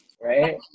right